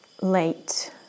late